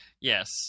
Yes